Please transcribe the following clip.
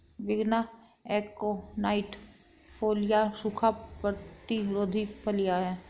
विग्ना एकोनाइट फोलिया सूखा प्रतिरोधी फलियां हैं